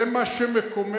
זה מה שמקומם,